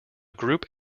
group